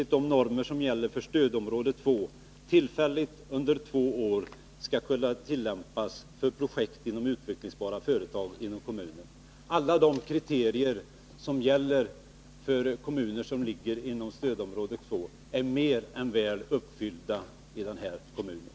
Trots detta har skolöverstyrelsen avstyrkt, och frågan bereds f. n. inom utbildningsdepartementet. Hur ser statsrådet på möjligheterna att få inrätta musikklasser i grundskolan i Uppsala?